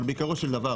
אבל בעיקרו של דבר